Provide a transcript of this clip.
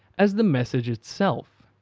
as the message itself.